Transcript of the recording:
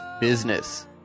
Business